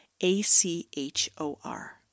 A-C-H-O-R